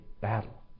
battle